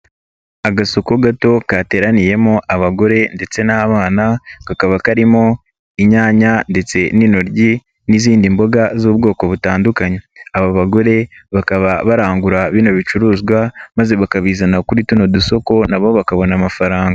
Agasoko gato kateraniyemo abagore ndetse n'abana kakaba karimo inyanya ndetse n'intoryi n'izindi mboga z'ubwoko butandukanye, aba bagore bakaba barangura bino bicuruzwa maze bakabizana kuri tuno dusoko na bo bakabona amafaranga.